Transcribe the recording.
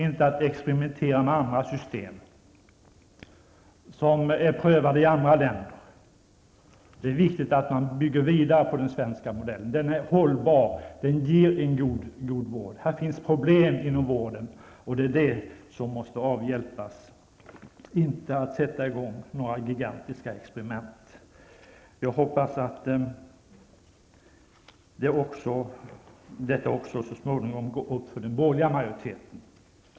Vi skall inte experimentera med andra system, som är prövade i andra länder. Det är viktigt att bygga vidare på den svenska modellen. Den är hållbar, och den ger en god vård. Det finns emellertid problem inom vården. Man måste avhjälpa problemen i stället för att sätta i gång gigantiska experiment. Jag hoppas att detta också så småningom går upp för den borgerliga majoriteten. Herr talman!